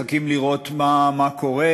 מחכים לראות מה קורה,